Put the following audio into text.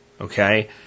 Okay